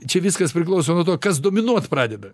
čia viskas priklauso nuo to kas dominuot pradeda